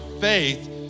faith